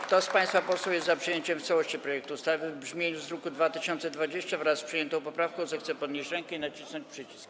Kto z państwa posłów jest za przyjęciem w całości projektu ustawy w brzmieniu z druku nr 2020, wraz z przyjętą poprawką, zechce podnieść rękę i nacisnąć przycisk.